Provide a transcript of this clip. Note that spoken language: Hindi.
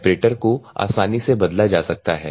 सेपरेटर को आसानी से बदला जा सकता है